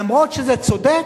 למרות שזה צודק,